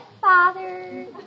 Father